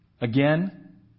Again